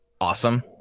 awesome